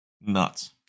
Nuts